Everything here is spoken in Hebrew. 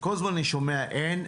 כל הזמן אני שומע: אין,